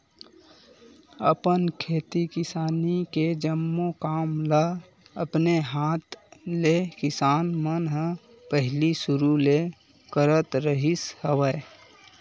अपन खेती किसानी के जम्मो काम ल अपने हात ले किसान मन ह पहिली सुरु ले करत रिहिस हवय